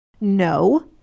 No